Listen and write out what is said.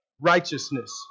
righteousness